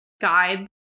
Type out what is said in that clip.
guides